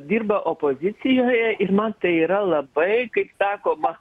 dirba opozicijoje ir man tai yra labai kaip sakoma